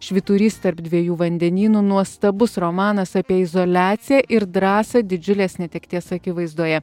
švyturys tarp dviejų vandenynų nuostabus romanas apie izoliaciją ir drąsą didžiulės netekties akivaizdoje